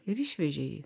ir išvežė jį